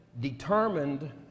determined